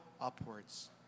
upwards